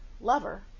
lover